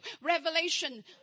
Revelation